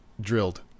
drilled